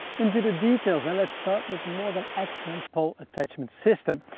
into the details and let's start with the more than excellent pole attachment system.